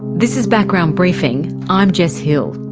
this is background briefing, i'm jess hill.